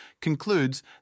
concludes